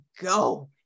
go